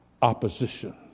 Opposition